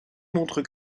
montrent